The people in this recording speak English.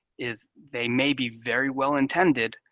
is they may be very well intended,